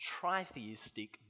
tritheistic